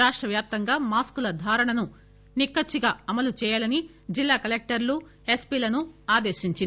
రాష్ట వ్యాప్తంగా మాస్క్ ల ధారణను నిక్కచ్చిగా అమలు చేయాలని జిల్లా కలెక్టర్లు ఎస్పీలను ఆదేశించింది